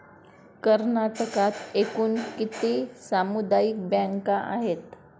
कर्नाटकात एकूण किती सामुदायिक बँका आहेत?